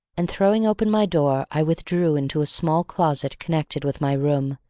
and throwing open my door, i withdrew into a small closet connected with my room,